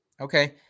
Okay